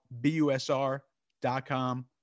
busr.com